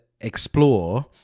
explore